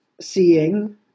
seeing